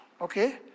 okay